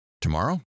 Tomorrow